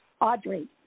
Audrey